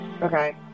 Okay